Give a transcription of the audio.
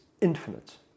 infinite